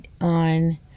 on